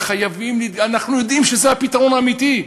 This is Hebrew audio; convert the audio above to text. אבל אנחנו יודעים שזה הפתרון האמיתי,